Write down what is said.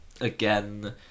again